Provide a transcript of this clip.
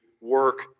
work